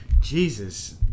Jesus